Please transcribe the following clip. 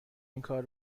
اینکار